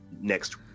next